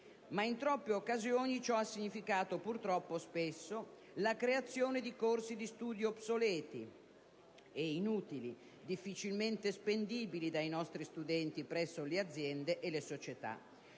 In troppe occasioni però ciò ha significato - purtroppo spesso - la creazione di corsi di studio obsoleti e inutili, difficilmente spendibili dai nostri studenti presso le aziende e le società.